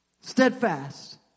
Steadfast